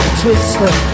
Twister